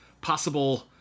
possible